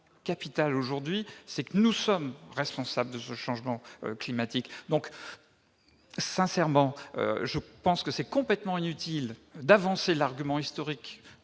aujourd'hui, c'est que nous sommes responsables de ce changement climatique. Il me semble donc complètement inutile d'avancer l'argument historique